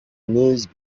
niece